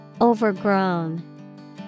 Overgrown